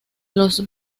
los